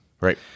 Right